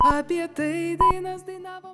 apie tai dainas dainavo